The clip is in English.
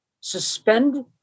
Suspend